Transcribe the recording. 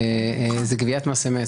זה גביית מס אמת.